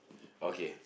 okay